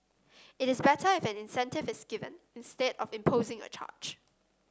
it is better if an incentive is given instead of imposing a charge